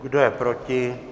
Kdo je proti?